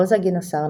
רוזה גינוסר,